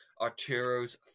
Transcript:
Arturo's